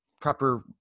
proper